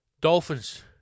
Dolphins